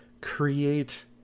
create